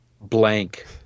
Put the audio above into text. blank